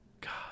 God